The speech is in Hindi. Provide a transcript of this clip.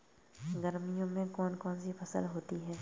गर्मियों में कौन कौन सी फसल होती है?